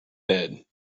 bed